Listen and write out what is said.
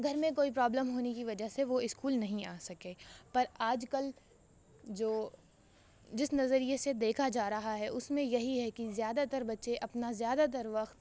گھر میں کوئی پرابلم ہونے کی وجہ سے وہ اسکول نہیں آ سکے پر آج کل جو جس نظریہ سے دیکھا جا رہا ہے اس میں یہی ہے کہ زیادہ تر بچے اپنا زیادہ تر وقت